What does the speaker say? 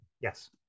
yes